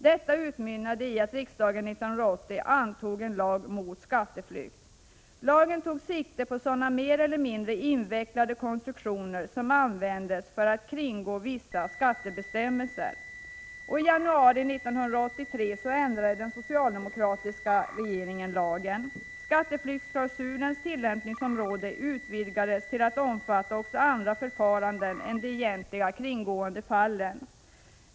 Detta utmynnade i att riksdagen 1980 antog en lag mot skatteflykt. Lagen tog sikte på sådana mer eller mindre invecklade konstruktioner som användes för att kringgå vissa skattebestämmelser. I januari 1983 ändrade den socialdemokratiska regeringen lagen. Skatteflyktsklausulens tillämpningsområde utvidgades till att omfatta också andra förfaranden än de egentliga kringgåendefallen.